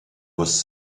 was